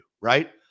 right